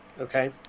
Okay